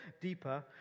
deeper